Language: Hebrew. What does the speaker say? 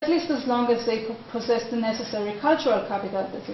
‫לפחות כמו שהם יכולו לציין ‫המיוחדת התרבותית הנכונה.